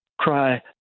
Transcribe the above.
cry